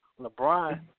LeBron